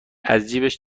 ازجیبش